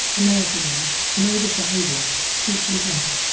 americanised, mode of behaviour, speech and dress.